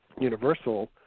Universal